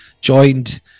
joined